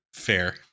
fair